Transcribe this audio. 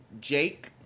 Jake